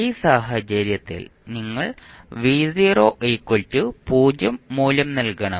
ഈ സാഹചര്യത്തിൽ നിങ്ങൾ മൂല്യം നൽകണം